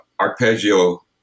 arpeggio